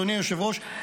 אדוני היושב-ראש,